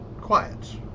quiet